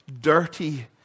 dirty